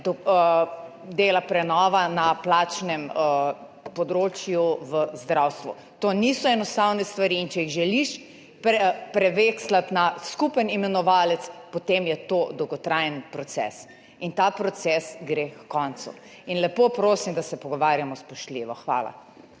prenova na plačnem področju v zdravstvu. To niso enostavne stvari, in če jih želiš prevekslati na skupni imenovalec, potem je to dolgotrajen proces, in ta proces gre h koncu. Lepo prosim, da se pogovarjamo spoštljivo. Hvala.